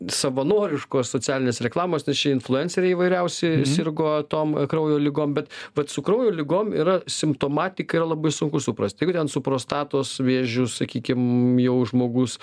savanoriškos socialinės reklamos nes čia influenceriai įvairiausi sirgo tom kraujo ligom bet vat su kraujo ligom yra simptomatiką yra labai sunku suprast jeigu ten su prostatos vėžiu sakykim jau žmogus